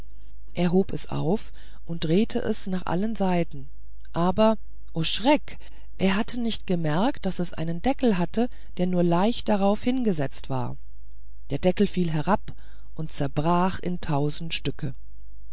er hob es auf und drehte es nach allen seiten aber o schrecken er hatte nicht bemerkt daß es einen deckel hatte der nur leicht darauf hingesetzt war der deckel fiel herab und zerbrach in tausend stücken